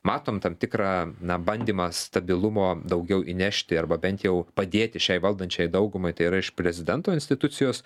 matom tam tikrą na bandymą stabilumo daugiau įnešti arba bent jau padėti šiai valdančiajai daugumai tai yra iš prezidento institucijos